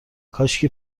کاشکی